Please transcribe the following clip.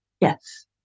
Yes